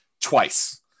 twice